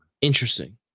Interesting